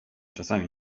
czasem